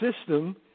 system